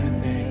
name